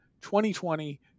2020